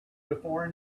before